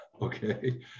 okay